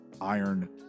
iron